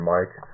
Mike